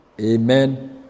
Amen